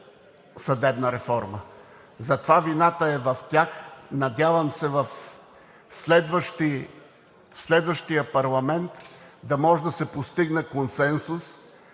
съдебна реформа. Затова вината е в тях. Надявам се в следващия парламент да може да се постигне консенсус,